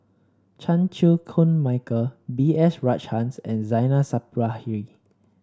Chan Chew Koon Michael B S Rajhans and Zainal Sapari